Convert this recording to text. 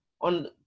on